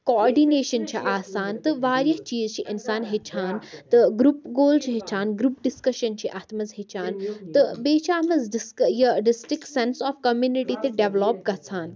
coordination چھِ آسان تہٕ وارِیاہ چیٖز چھِ اِنسان ہیٚچھان تہٕ گرُپ گول چھِ ہیٚچھان گرُپ ڈِسکشَن چھِ اَتھ منٛز ہیٚچھان تہٕ بیٚیہِ چھِ اَتھ منٛز ڈِسک یہِ ڈِسٹِنک سٮ۪نٕس آف کَمنِٹی تہِ ڈٮ۪ولَپ گژھان